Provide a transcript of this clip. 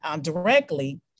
directly